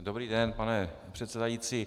Dobrý den, pane předsedající.